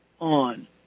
on